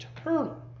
eternal